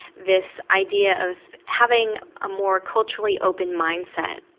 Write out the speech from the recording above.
this idea of having a more culturally open mindset.